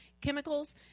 chemicals